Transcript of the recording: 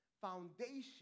foundation